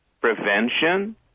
prevention